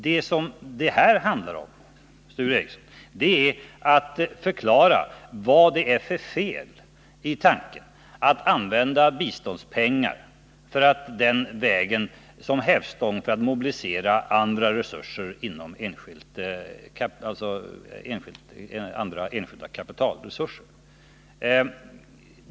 Vad det här handlar om, Sture Ericson, är att förklara vilka fel som ligger i tanken att använda biståndspengar såsom hävstång för andra kapitalresurser.